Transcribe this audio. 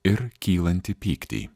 ir kylantį pyktį